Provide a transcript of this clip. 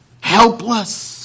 Helpless